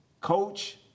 Coach